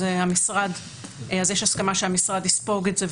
אז יש הסכמה שהמשרד יספוג את זה,